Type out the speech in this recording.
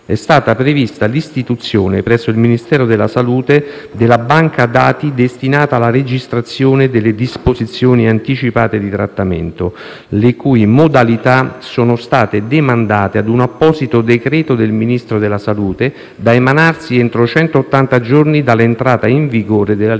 è stata prevista l'istituzione, presso il Ministero della salute, della banca dati destinata alla registrazione delle disposizioni anticipate di trattamento, le cui modalità sono state demandate ad un apposito decreto del Ministro della salute, da emanarsi entro 180 giorni dall'entrata in vigore della legge